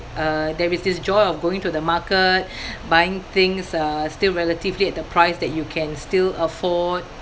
uh there is this joy of going to the market buying things uh still relatively at the price that you can still afford